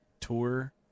tour